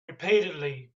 repeatedly